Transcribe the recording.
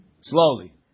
Slowly